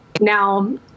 Now